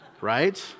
right